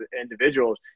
individuals